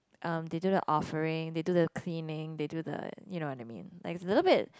um they do the offering they do the cleaning they do the you know what I mean like it's a little bit